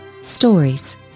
Stories